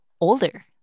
older